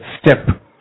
step